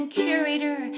curator